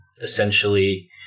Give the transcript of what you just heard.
essentially